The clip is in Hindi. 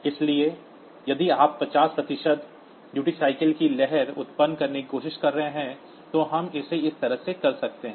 इसलिए यदि आप 50 प्रतिशत उपयोगिता अनुपात की लहर उत्पन्न करने की कोशिश कर रहे हैं तो हम इसे इस तरह से कर सकते हैं